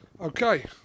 Okay